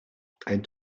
ein